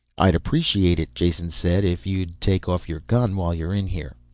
i'd appreciate it, jason said, if you'd take off your gun while you're in here.